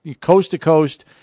coast-to-coast